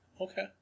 Okay